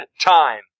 Time